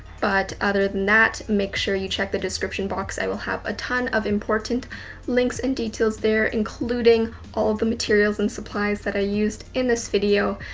but other than that, make sure you check the description box. i will have a ton of important links and details there including all of the materials and supplies that i used in this video.